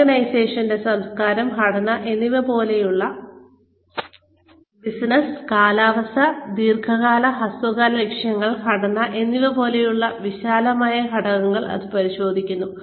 ഓർഗനൈസേഷന്റെ സംസ്കാരം ദൌത്യം ബിസിനസ്സ് കാലാവസ്ഥ ദീർഘകാല ഹ്രസ്വകാല ലക്ഷ്യങ്ങൾ ഘടന എന്നിവ പോലുള്ള വിശാലമായ ഘടകങ്ങൾ ഇത് പരിശോധിക്കുന്നു